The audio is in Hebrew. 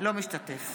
אינו משתתף